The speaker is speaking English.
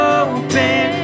open